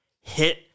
hit